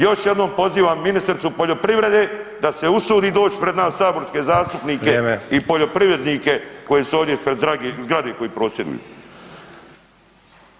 Još jednom pozivam ministricu poljoprivrede da se usudi doć pred nas saborske zastupnike [[Upadica Sanader: Vrijeme.]] i poljoprivrednike koji su ovdje ispred zgrade koji prosvjeduju.